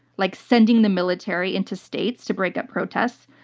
like sending the military into states to break up protests,